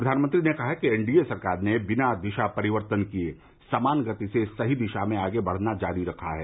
प्रधानमंत्री ने कहा है कि एनडीए सरकार ने बिना दिशा परिवर्तन किए समान गति से सही दिशा में आगे बढ़ना जारी रखा है